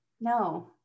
No